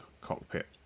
cockpit